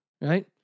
right